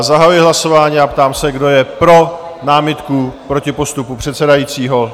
Zahajuji hlasování a ptám se, kdo je pro námitku proti postupu předsedajícího?